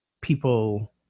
people